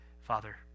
Father